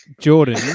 Jordan